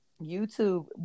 YouTube